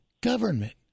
government